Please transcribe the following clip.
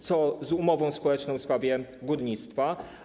Co z umową społeczną w sprawie górnictwa?